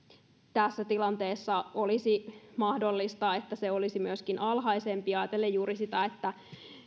tässä tilanteessa olisi mahdollista että se olisi myöskin alhaisempi ajatellen juuri sitä